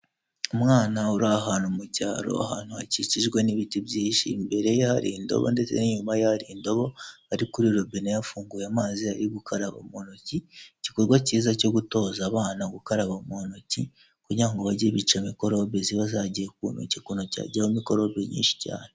Umwana uri ahantu mu cyaro ahantu hakikijwe n'ibiti byihi, imbere ye hari indobo ndetse n'inyuma ye hari indobo, ari kuri robine yafunguye amazi ari gukaraba mu ntoki. Igikorwa cyiza cyo gutoza abana gukaraba mu ntoki kugira ngo bajye bica mikorobe ziba zagiye ku ntoki, ku ntoki hajyaho mikorobe nyinshi cyane.